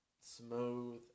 smooth